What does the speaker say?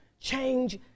change